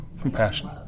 Compassion